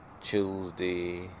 Tuesday